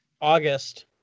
August